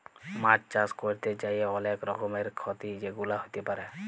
মাছ চাষ ক্যরতে যাঁয়ে অলেক রকমের খ্যতি যেগুলা হ্যতে পারে